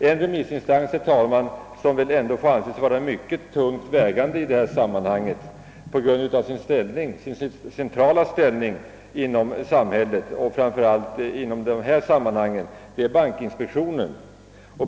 En remissinstans, herr talman, som måste anses vara mycket tungt vägande på grund av sin centrala ställning inom samhället och framför allt i detta sammanhang, är bankinspektionen.